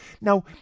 Now